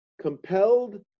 compelled